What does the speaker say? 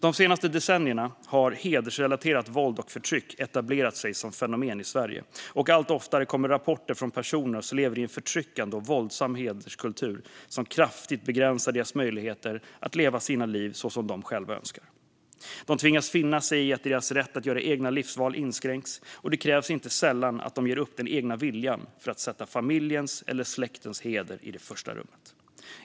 De senaste decennierna har hedersrelaterat våld och förtryck etablerat sig som fenomen i Sverige, och allt oftare kommer rapporter från personer som lever i en förtryckande och våldsam hederskultur som kraftigt begränsar deras möjligheter att leva sina liv så som de själva önskar. De tvingas finna sig i att deras rätt att göra egna livsval inskränks, och det krävs inte sällan att de ger upp den egna viljan för att sätta familjens eller släktens heder i första rummet.